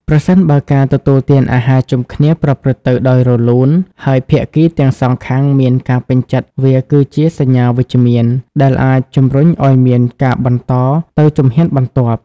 ប្រសិនបើការទទួលទានអាហារជុំគ្នាប្រព្រឹត្តទៅដោយរលូន ហើយភាគីទាំងសងខាងមានការពេញចិត្ត វាគឺជា សញ្ញាវិជ្ជមាន ដែលអាចជំរុញឱ្យមានការបន្តទៅជំហានបន្ទាប់។